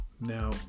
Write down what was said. now